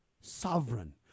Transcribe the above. sovereign